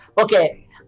Okay